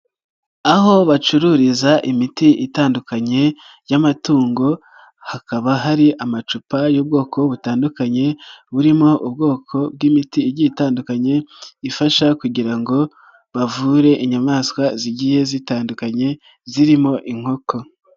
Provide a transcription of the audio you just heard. Aho bacururiza imiti itandukanye y'amatungo, hakaba hari amacupa y'ubwoko butandukanye burimo ubwoko bw'imiti itandukanye ifasha kugira ngo bavure inyamaswa zigiye zitandukanye zirimo inkoko.